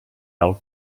del